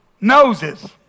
noses